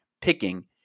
picking